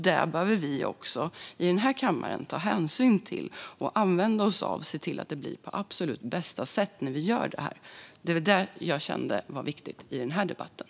Det behöver vi i den här kammaren också ta hänsyn till så att det blir så bra det kan när vi gör detta.